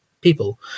People